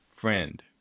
friend